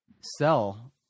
sell